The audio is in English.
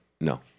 no